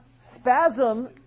Spasm